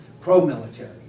pro-military